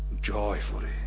joyfully